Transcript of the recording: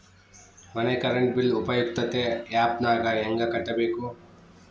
ಮನೆ current bill ಉಪಯುಕ್ತತೆ app ನಾಗ ಹೆಂಗ ಕಟ್ಟಬೇಕು?